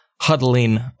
huddling